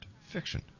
fiction